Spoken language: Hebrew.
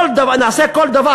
נעשה כל דבר.